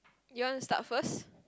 you want to start first